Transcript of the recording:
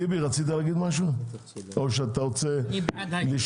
טיבי, רצית לומר משהו או שאתה רוצה לשמוע?